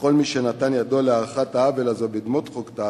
וכל מי שנתן ידו להארכת העוול הזה בדמות חוק טל,